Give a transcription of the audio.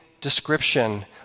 description